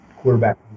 quarterback